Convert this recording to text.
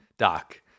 doc